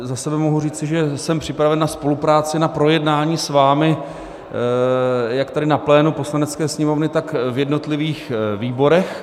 Za sebe mohu říci, že jsem připraven na spolupráci na projednání s vámi jak tady na plénu Poslanecké sněmovny, tak v našich jednotlivých výborech.